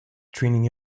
training